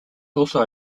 also